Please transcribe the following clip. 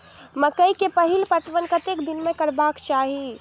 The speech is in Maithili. मकेय के पहिल पटवन कतेक दिन में करबाक चाही?